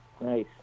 nice